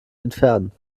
entfernen